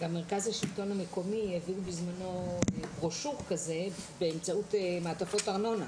גם מרכז השלטון המקומי העביר בזמנו עלון באמצעות מעטפות ארנונה.